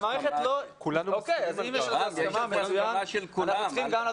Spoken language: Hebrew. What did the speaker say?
יש לזה הסכמה של כולם.